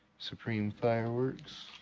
supreme fireworks.